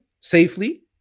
safely